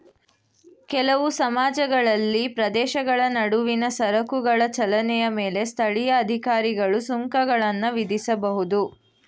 ಕೆಲವು ಸಮಾಜಗಳಲ್ಲಿ ಪ್ರದೇಶಗಳ ನಡುವಿನ ಸರಕುಗಳ ಚಲನೆಯ ಮೇಲೆ ಸ್ಥಳೀಯ ಅಧಿಕಾರಿಗಳು ಸುಂಕಗಳನ್ನ ವಿಧಿಸಬಹುದು